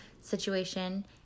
situation